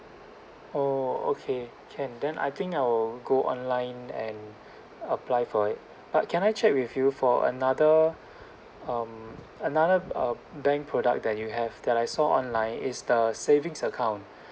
oh okay can then I think I'll go online and apply for it but can I check with you for another um another err bank product that you have that I saw online is the savings account